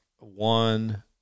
one